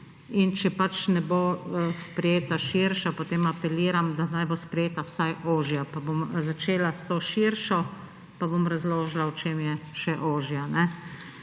in če pač ne bo sprejeta širša, potem apeliram, da naj bo sprejeta vsaj ožja. Pa bom začela s to širšo pa bom razložila, v čem je še ožja.